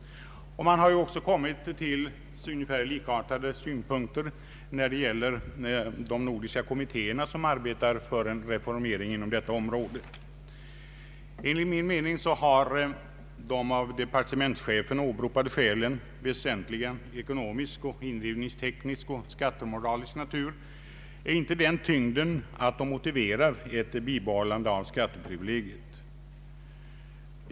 Man har kommit fram till ungefär likartade synpunkter i de nordiska kommittéer som arbetar för en reformering inom detta område. Enligt min mening har de av departementschefen åberopade skälen väsentligen ekonomisk indrivningsteknisk och skattemoralisk bakgrund. De har inte den tyngden att de motiverar ett bibehållande av skatteprivilegiet.